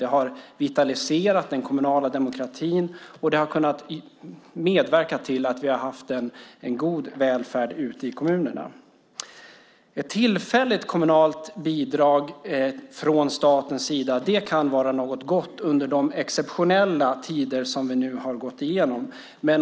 Det har vitaliserat den kommunala demokratin och har kunnat medverka till att vi haft en god välfärd ute i kommunerna. Ett tillfälligt kommunalt bidrag från statens sida kan vara något gott under de exceptionella tider som vi nu har gått igenom.